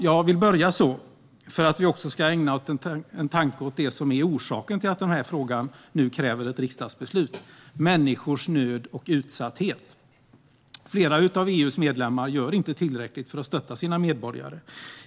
Jag vill börja så för att vi ska ägna en tanke åt det som är orsaken till att den här frågan nu kräver ett riksdagsbeslut: människors nöd och utsatthet. Flera av EU:s medlemmar gör inte tillräckligt för att stötta sina medborgare.